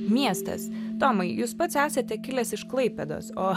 miestas tomai jūs pats esate kilęs iš klaipėdos o